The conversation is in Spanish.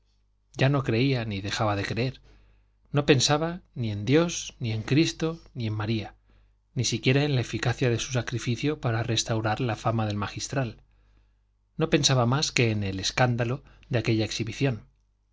ya no creía ni dejaba de creer no pensaba ni en dios ni en cristo ni en maría ni siquiera en la eficacia de su sacrificio para restaurar la fama del magistral no pensaba más que en el escándalo de aquella exhibición